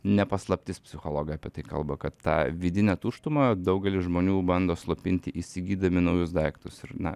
ne paslaptis psichologai apie tai kalba kad tą vidinę tuštumą daugelis žmonių bando slopinti įsigydami naujus daiktus ir na